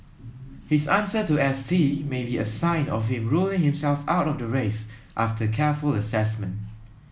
his answer to S T may be a sign of him ruling himself out of the race after careful assessment